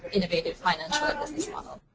innovative financial and business model.